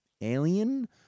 Alien